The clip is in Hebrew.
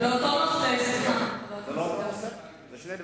לא, אני תמיד